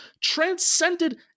transcended